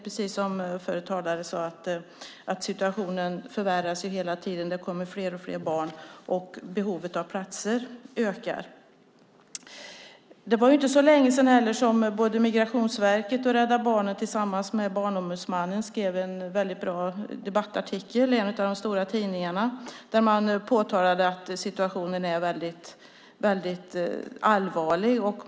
Precis som föregående talare sade förvärras situationen hela tiden. Det kommer fler och fler barn, och behovet av platser ökar. Det var inte länge sedan som Migrationsverket, Rädda Barnen och Barnombudsmannen skrev en bra debattartikel i en av de stora tidningarna. Där påtalade man att situationen är allvarlig.